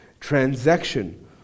Transaction